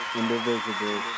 indivisible